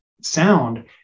sound